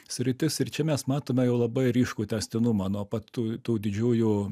sritis ir čia mes matome jau labai ryškų tęstinumą nuo pat tų tų didžiųjų